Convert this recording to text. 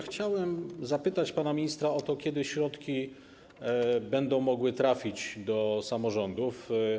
Chciałem zapytać pana ministra o to, kiedy środki będą mogły trafić do samorządów.